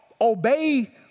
Obey